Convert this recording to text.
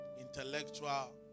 Intellectual